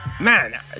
Man